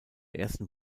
ersten